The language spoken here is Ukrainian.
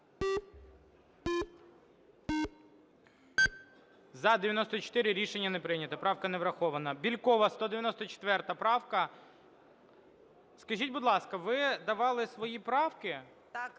За-94 Рішення не прийнято. Правка не врахована. Бєлькова, 194 правка. Скажіть, будь ласка, ви давали свої правки,